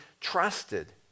trusted